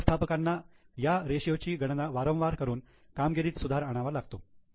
म्हणून व्यवस्थापकांना या रेषीयो ची गणना वारंवार करून कामगिरीत सुधार आणावा लागतो